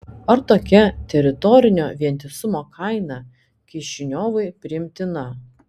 ar tokia teritorinio vientisumo kaina kišiniovui priimtina